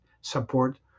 support